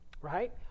right